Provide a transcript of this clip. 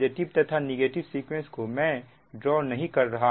positive तथा negative sequence को मैं ड्रा नहीं रह कर रहा